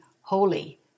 holy